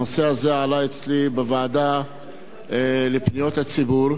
הנושא הזה עלה אצלי בוועדה לפניות הציבור.